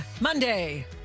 Monday